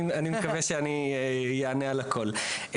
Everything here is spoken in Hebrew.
אני מקווה שאני אענה על הכל.